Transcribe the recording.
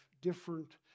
different